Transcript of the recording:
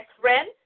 friend